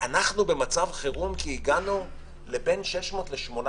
אנחנו במצב חירום כי הגענו לבין 600 ל-800